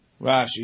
Rashi